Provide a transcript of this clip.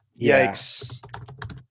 Yikes